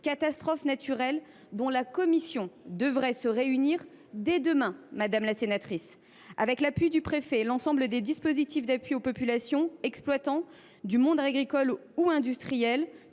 catastrophe naturelle, dont la commission devrait se réunir dès demain, madame la sénatrice. Avec le concours du préfet, l’ensemble des dispositifs d’appui aux populations exploitantes du monde agricole ou industriel